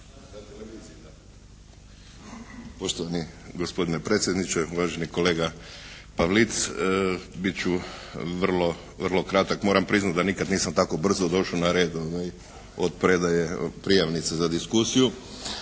Poštovani gospodine predsjedniče, uvaženi kolega Pavlic, bit ću vrlo kratak. Moram priznati da nikad nisam tako brzo došao na red od predaje prijavnice za diskusiju.